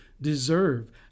deserve